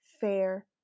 fair